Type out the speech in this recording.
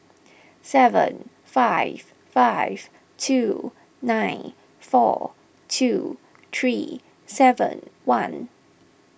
seven five five two nine four two three seven one